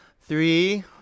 three